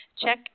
Check